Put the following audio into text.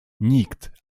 nikt